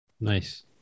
Nice